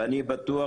ואני בטוח